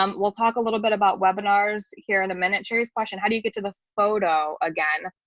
um we'll talk a little bit about webinars here in a minute. jerry's question how do you get to the photo again,